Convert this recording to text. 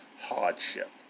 hardship